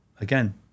again